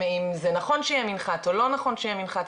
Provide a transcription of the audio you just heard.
אם זה נכון שיהיה מנחת או לא נכון שיהיה מנחת.